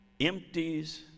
empties